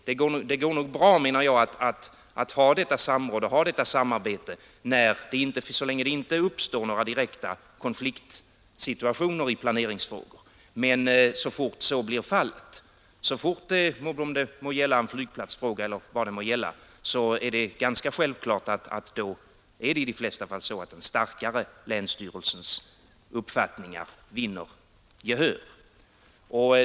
Det går nog bra att ha detta samråd och samarbete så länge det inte uppstår några direkta konfliktsituationer i planeringsfrågor, men så fort så blir fallet — det må gälla en flygplatsfråga eller annat — är det ganska självklart att i de flesta fall den starkare länsstyrelsens uppfattningar vinner gehör.